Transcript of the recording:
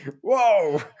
whoa